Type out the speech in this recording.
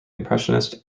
impressionist